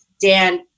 Dan